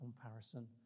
comparison